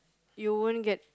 you won't get